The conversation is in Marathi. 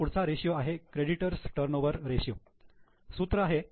आता पुढचा रेषीयो आहे क्रेडिटर्स टर्नओव्हर रेषीयो